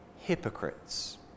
hypocrites